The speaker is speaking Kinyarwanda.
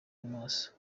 amaso